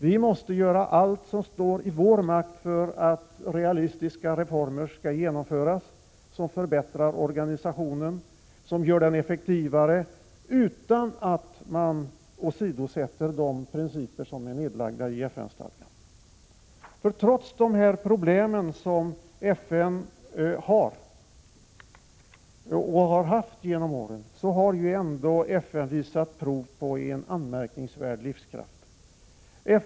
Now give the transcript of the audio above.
Vi måste göra allt som står i vår makt för att realistiska reformer skall kunna genomföras som förbättrar organisationen, som gör den effektivare utan att man åsidosätter de principer som är nedlagda i FN-stadgan. Trots de problem som FN har, och har haft genom åren, har organisationen ändå visat prov på en anmärkningsvärd livskraft.